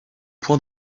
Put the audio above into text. point